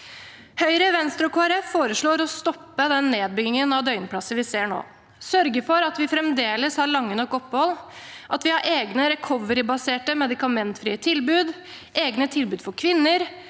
Høyre, Venstre og Kristelig Folkeparti foreslår å stoppe den nedbyggingen av døgnplasser vi ser nå, og sørge for at vi fremdeles har lange nok opphold, at vi har egne recoverybaserte medikamentfrie tilbud og egne tilbud for kvinner,